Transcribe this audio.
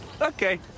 okay